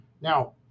Now